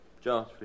John